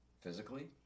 Physically